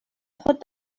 خود